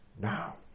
now